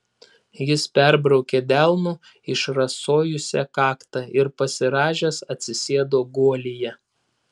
jis perbraukė delnu išrasojusią kaktą ir pasirąžęs atsisėdo guolyje